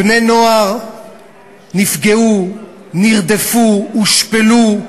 בני-נוער נפגעו, נרדפו, הושפלו,